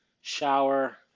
shower